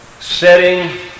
setting